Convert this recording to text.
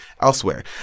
elsewhere